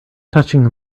touching